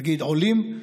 תגיד עולים,